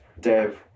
dev